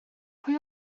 pwy